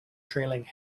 trailing